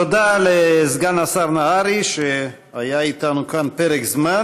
תודה לסגן השר נהרי, שהיה איתנו כאן פרק זמן.